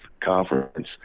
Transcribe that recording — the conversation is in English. conference